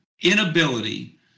inability